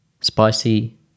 spicy